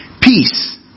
Peace